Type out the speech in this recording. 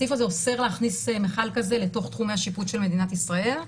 הסעיף הזה אוסר להכניס מכל כזה לתוך תחומי השיפוט של מדינת ישראל.